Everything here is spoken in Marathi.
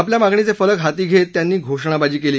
आपल्या मागणीचे फलक हाती घेत त्यांनी घोषणाबाजी केली